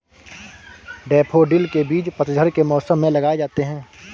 daffodil के बीज पतझड़ के मौसम में लगाए जाते हैं